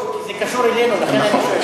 לא, כי זה קשור אלינו, לכן אני שואל.